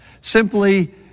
simply